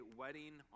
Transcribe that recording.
wedding